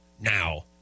now